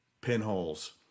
pinholes